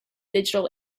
digital